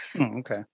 Okay